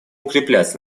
укреплять